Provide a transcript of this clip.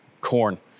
corn